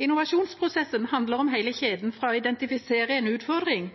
Innovasjonsprosessen handler om hele kjeden fra å identifisere en utfordring,